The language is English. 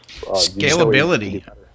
Scalability